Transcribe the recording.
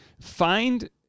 Find